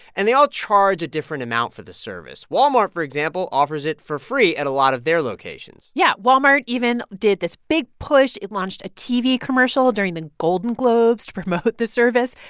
and they all charge a different amount for this service. walmart, for example, offers it for free at a lot of their locations yeah, walmart even did this big push. it launched a tv commercial during the golden globes to promote the service,